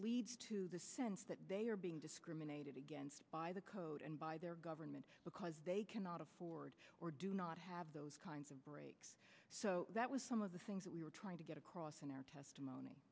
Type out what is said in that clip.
leads to the sense that they are being discriminated against by the code and by their government because they cannot afford or do not have those kinds of breaks so that was some of the things that we were trying to get across in our testimony